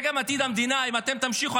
זה גם עתיד המדינה אם אתם תמשיכו.